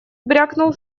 брякнул